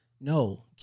No